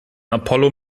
apollo